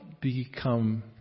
become